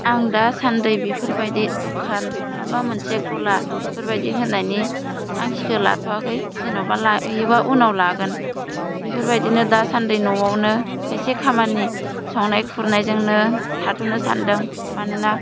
आं दा सान्दै बेफोर बादि द'खान माबा मोनसे गला बेफोर बादि होनायनि थांखिखौ लाथ'आखै जेन'बा लायोबा उनाव लागोन बेफोरबायदिनो दासान्दि न'आवनो खायसे खामानि संनाय खुरनाय जोंनो थाथ'नो सान्दों मानोना